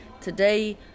today